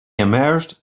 emerged